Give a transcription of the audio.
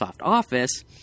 Office